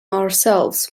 ourselves